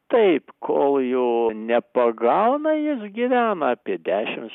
taip kol jo nepagauna jis gyvena apie dešims